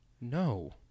No